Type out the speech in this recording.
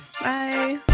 bye